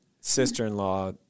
sister-in-law